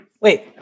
Wait